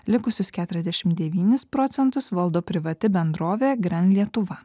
likusius keturiasdešim devynis procentus valdo privati bendrovė gren lietuva